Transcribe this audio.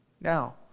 Now